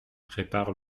répare